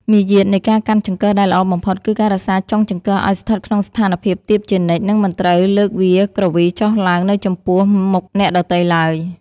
មារយាទនៃការកាន់ចង្កឹះដែលល្អបំផុតគឺការរក្សាចុងចង្កឹះឱ្យស្ថិតក្នុងស្ថានភាពទាបជានិច្ចនិងមិនត្រូវលើកវាក្រវីចុះឡើងនៅចំពោះមុខអ្នកដទៃឡើយ។